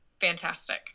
fantastic